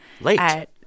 Late